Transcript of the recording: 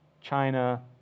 China